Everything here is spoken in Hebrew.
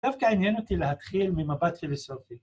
‫דווקא עניין אותי להתחיל ‫ממבט פילוסופי.